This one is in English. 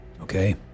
okay